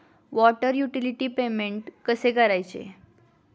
Water utility payment कसे करायचे?